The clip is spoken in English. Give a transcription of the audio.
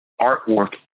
artwork